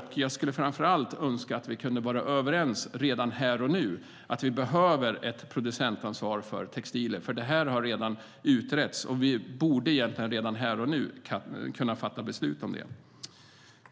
Framför allt skulle jag önska att vi kunde vara överens redan här och nu om att vi behöver ett producentansvar för textilier, för det här har redan utretts. Vi borde egentligen kunna fatta beslut om det redan här och nu.